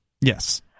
Yes